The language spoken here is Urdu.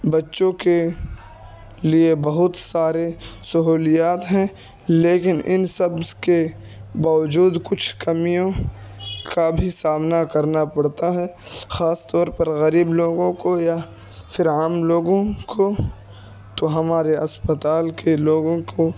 بچّوں كے لیے بہت سارے سہولیات ہیں لیکن ان سب کے باوجود کچھ کمییوں کا بھی سامنا کرنا پڑتا ہے خاص طور پر غریب لوگوں کو یا پھر عام لوگوں کو تو ہمارے اسپتال کے لوگوں کو